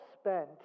spent